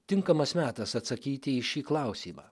tinkamas metas atsakyti į šį klausimą